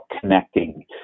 connecting